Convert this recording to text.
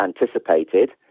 anticipated